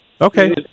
Okay